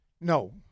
No